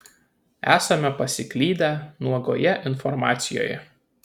esame pasiklydę nuogoje informacijoje